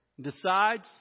Decides